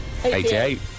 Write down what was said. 88